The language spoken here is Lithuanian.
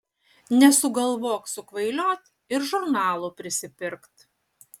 nesugalvok sukvailiot ir žurnalų prisipirkt